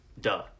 duh